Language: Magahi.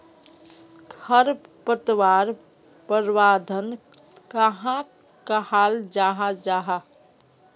खरपतवार प्रबंधन कहाक कहाल जाहा जाहा?